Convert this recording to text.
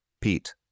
pete